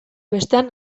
bestean